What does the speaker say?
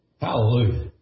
Hallelujah